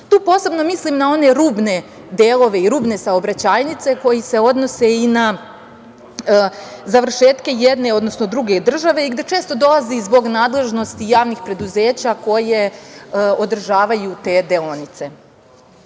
Tu posebno mislim na one rubne delove i rubne saobraćajnice koje se odnose i na završetke jedne, odnosno druge države i gde često dolazi zbog nadležnosti javnih preduzeća koje održavaju te deonice. Bez